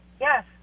Yes